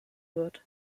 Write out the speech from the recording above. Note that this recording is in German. wird